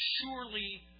surely